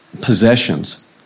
possessions